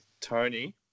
Tony